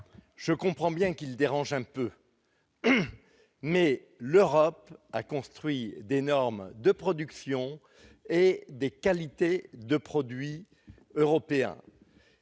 je comprends bien qu'il dérange un peu. Mais l'Europe a construit des normes de production et des qualités de produits européens,